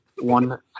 one